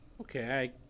Okay